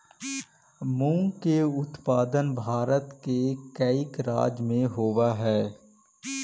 मूंग के उत्पादन भारत के कईक राज्य में होवऽ हइ